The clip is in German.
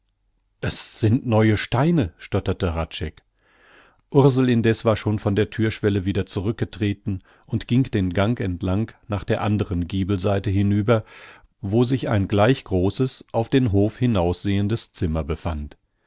es sind neue steine stotterte hradscheck ursel indeß war schon von der thürschwelle wieder zurückgetreten und ging den gang entlang nach der andern giebelseite hinüber wo sich ein gleich großes auf den hof hinaussehendes zimmer befand